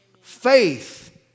Faith